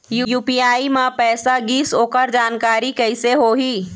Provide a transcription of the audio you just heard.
UPI म पैसा गिस ओकर जानकारी कइसे होही?